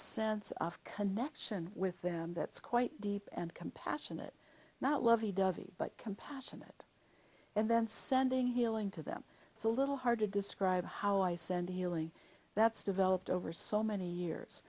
sense of connection with them that's quite deep and compassionate not lovey dubby but compassionate and then sending healing to them it's a little hard to describe how i send healing that's developed over so many years